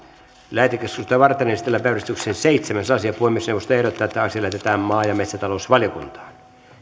lähetekeskustelua varten esitellään päiväjärjestyksen seitsemäs asia puhemiesneuvosto ehdottaa että asia lähetetään maa ja metsätalousvaliokuntaan